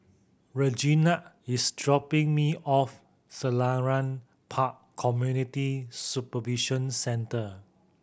reginald is dropping me off Selarang Park Community Supervision Centre